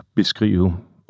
beskrive